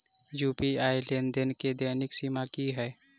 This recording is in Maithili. यु.पी.आई लेनदेन केँ दैनिक सीमा की है?